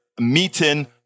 meeting